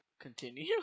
Continue